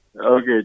Okay